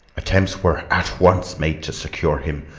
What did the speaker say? attempts were at once made to secure him,